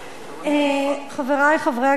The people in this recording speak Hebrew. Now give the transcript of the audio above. חברי חברי הכנסת,